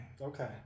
Okay